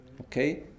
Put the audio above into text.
okay